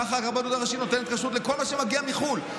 כך הרבנות הראשית נותנת כשרות לכל מה שמגיע מחו"ל.